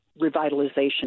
revitalization